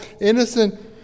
Innocent